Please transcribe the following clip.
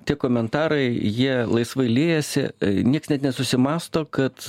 tik komentarai jie laisvai liejasi nieks net nesusimąsto kad